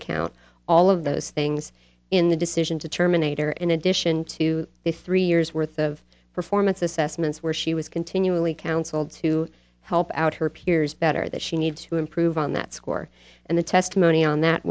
account all of those things in the decision to terminate her in addition to the three years worth of performance assessments where she was continually counseled to help out her peers better that she needs to improve on that score and the testimony on that